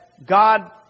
God